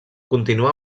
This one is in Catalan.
continua